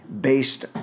based